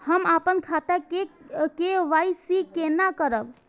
हम अपन खाता के के.वाई.सी केना करब?